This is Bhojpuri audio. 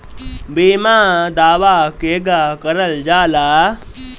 बीमा दावा केगा करल जाला?